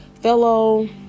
fellow